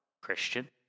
Christian